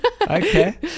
Okay